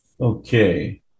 Okay